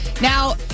Now